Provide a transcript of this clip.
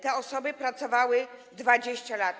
Te osoby pracowały 20 lat.